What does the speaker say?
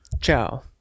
Ciao